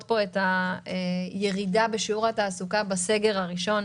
פה את הירידה בשיעור התעסוקה בסגר הראשון,